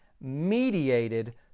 mediated